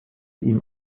ihm